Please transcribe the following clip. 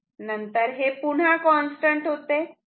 नंतर हे पुन्हा कॉन्स्टंट होते